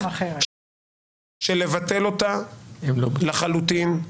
שלבטל אותה לחלוטין,